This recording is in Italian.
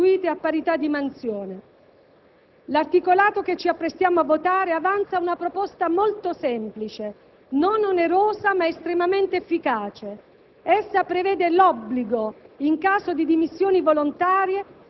di queste risorse altamente scolarizzate, anche se meno retribuite a parità di mansioni. L'articolato che ci apprestiamo a votare avanza una proposta molto semplice, non onerosa, ma estremamente efficace: